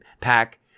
pack